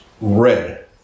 red